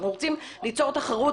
אנחנו רוצים ליצור תחרות,